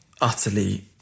utterly